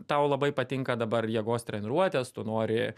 tau labai patinka dabar jėgos treniruotės tu nori